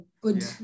good